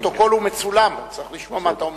הפרוטוקול מצולם, צריך לשמוע מה אתה אומר.